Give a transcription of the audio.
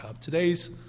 Today's